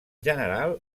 general